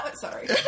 Sorry